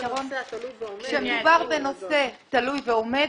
כשמדובר בנושא תלוי ועומד